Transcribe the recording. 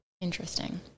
Interesting